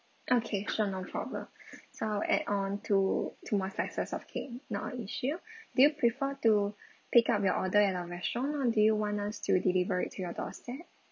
okay sure no problem so I'll add on two two more slices of cake not a issue do you prefer to pick up your order at our restaurant or do you want us to deliver it to your doorstep